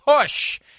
push